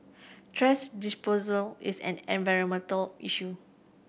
thrash disposal is an environmental issue